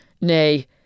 nay